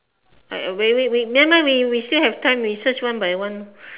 I uh wait wait wait never mind we we still have time we search we by one